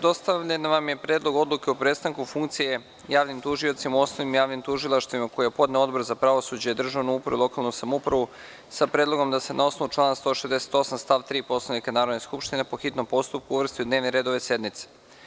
Dostavljen vam je Predlog odluke o prestanku funkcije javnim tužiocima u osnovnim javnim tužilaštvima, koji je podneo Odbor za pravosuđe, državnu upravu i lokalnu samoupravu, sa predlogom da se na osnovu člana 168. stav 3. Poslovnika Narodne skupštine po hitnom postupku uvrsti u dnevni red ove sednice.